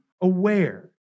aware